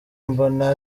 mbona